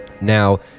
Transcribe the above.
Now